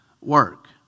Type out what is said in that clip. work